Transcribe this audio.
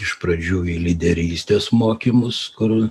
iš pradžių į lyderystės mokymus kur